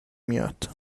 میاد